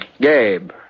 Gabe